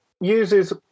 uses